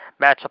matchup